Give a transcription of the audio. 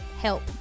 help